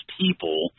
people